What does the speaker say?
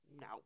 no